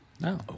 No